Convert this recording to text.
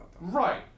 Right